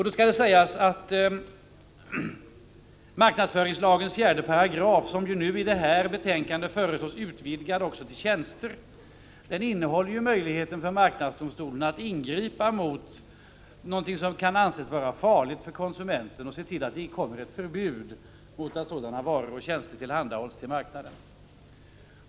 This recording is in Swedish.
Då skall det sägas att 4 § marknadsföringslagen, som i detta betänkande föreslås utvidgad till att gälla också tjänster, innehåller möjligheten för marknadsdomstolen att ingripa mot sådant som kan anses vara farligt för konsumenten och tillse att det blir ett förbud mot att sådana varor tillhandahålls på marknaden.